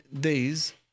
days